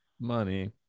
money